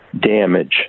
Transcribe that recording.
damage